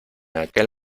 aquel